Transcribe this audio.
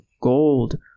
gold